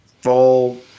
full